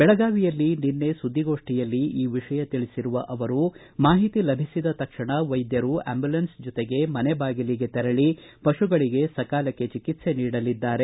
ಬೆಳಗಾವಿಯಲ್ಲಿ ನಿನ್ನೆ ಸುದ್ದಿಗೋಷ್ಠಿಯಲ್ಲಿ ಈ ವಿಷಯ ತಿಳಿಸಿರುವ ಅವರು ಮಾಹಿತಿ ಲಭಿಸಿದ ತಕ್ಷಣ ವೈದ್ವರು ಅಂಬ್ಯೂಲನ್ಲೆ ಜೊತೆಗೆ ಮನೆ ಬಾಗಿಲಿಗೆ ತೆರಳಿ ಪಶುಗಳಿಗೆ ಸಕಾಲಕ್ಕೆ ಚಿಕಿತ್ಸೆ ನೀಡಲಿದ್ದಾರೆ